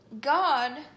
God